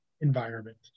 environment